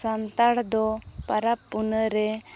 ᱥᱟᱱᱛᱟᱲ ᱫᱚ ᱯᱟᱨᱟᱵᱽ ᱯᱩᱱᱟᱹᱭ ᱨᱮ